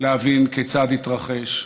להבין כיצד התרחש,